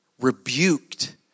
rebuked